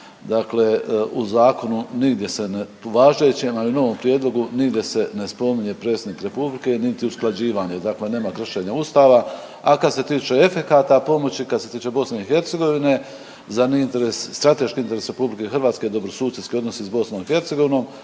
dakle u zakonu nigdje se ne uvažećem novom prijedlogu nigdje se ne spominje predsjednik Republike niti usklađivanje. Dakle nema kršenja Ustava, a kad se tiče efekata pomoći, kad se tiče BIH za neinteres, strateški interes RH dobrosusjedski odnosi s BIH,